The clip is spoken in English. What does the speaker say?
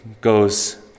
goes